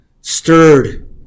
stirred